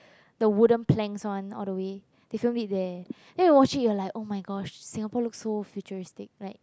the wooden planks one all the way they filmed it there then you watch it you will like oh my gosh Singapore looks so futuristic like